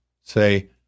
say